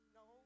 no